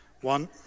one